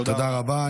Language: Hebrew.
תודה רבה.